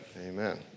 Amen